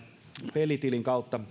pelitilin kautta